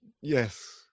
Yes